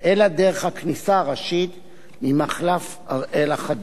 אלא דרך הכניסה הראשית ממחלף הראל החדש.